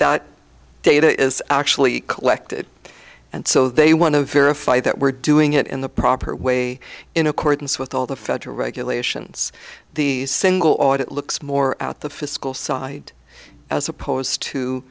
how data is actually collected and so they want to verify that we're doing it in the proper way in accordance with all the federal regulations the single audit looks more out the fiscal side as opposed to